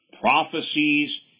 prophecies